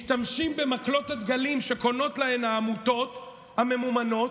משתמשים במקלות הדגלים שקונות להם העמותות הממומנות,